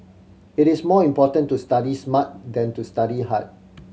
it is more important to study smart than to study hard